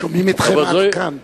שומעים אתכם עד כאן.